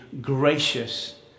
gracious